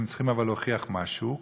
הם צריכים להוכיח משהו,